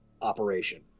operation